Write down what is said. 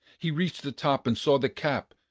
he reached the top and saw the cap.